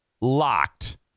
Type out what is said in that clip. Locked